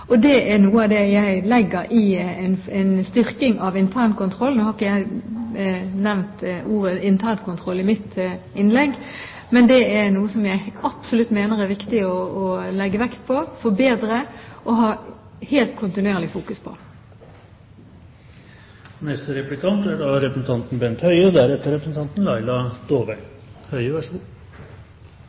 og det er noe av det jeg legger i en styrking av internkontrollen. Nå har ikke jeg nevnt ordet «internkontroll» i mitt innlegg, men det er noe jeg absolutt mener det er viktig å legge vekt på, forbedre og å fokusere kontinuerlig på. I svarbrevet til helse- og